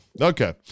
Okay